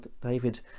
David